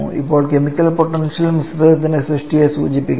ഇപ്പോൾ chemical potential മിശ്രിതത്തിന്റെ സൃഷ്ടിയെ സൂചിപ്പിക്കുന്നു